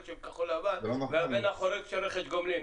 של כחול לבן והבן החורג של רכש גומלין.